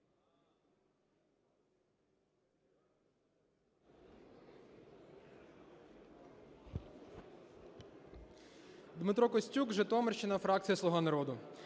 Дмитро Костюк, Житомирщина, фракція "Слуга народу".